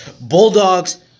Bulldogs